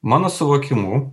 mano suvokimu